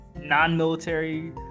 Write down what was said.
non-military